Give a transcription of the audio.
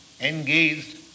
engaged